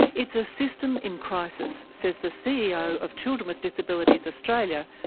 it's a system in crisis, says the ceo of children with disabilities australia,